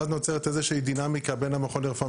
ואז נוצרת איזה שהיא דינמיקה בין המכון לרפואה